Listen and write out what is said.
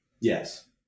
Yes